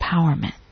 empowerment